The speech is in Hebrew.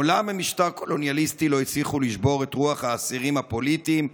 מעולם במשטר קולוניאליסטי לא הצליחו לשבור את רוח האסירים הפוליטיים,